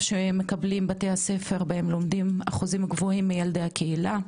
שמקבלים בתי הספר בהם לומדים האחוזים הגבוהים מילדי הקהילה,